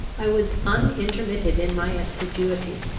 i was unintermitted in my assiduity,